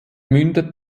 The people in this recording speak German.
mündet